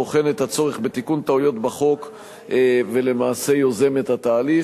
בוחן את הצורך בתיקון טעויות בחוק ולמעשה יוזם את התהליך.